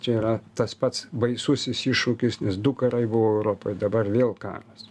čia yra tas pats baisusis iššūkis nes du karai buvo europoj dabar vėl karas